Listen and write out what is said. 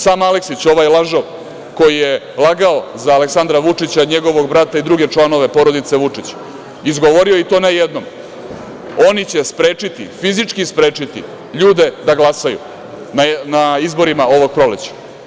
Sam Aleksić, ovaj lažov koji je lagao za Aleksandra Vučića, njegovog brata i druge članove porodice Vučić izgovorio i to ne jednom – oni će sprečiti, fizički sprečiti ljude da glasaju na izborima ovog proleća.